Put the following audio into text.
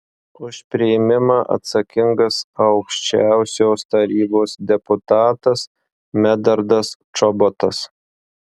už priėmimą atsakingas aukščiausiosios tarybos deputatas medardas čobotas